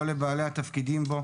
לא לבעלי התפקידים בו,